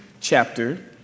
chapter